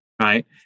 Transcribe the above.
Right